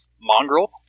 mongrel